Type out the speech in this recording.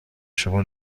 شما